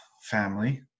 family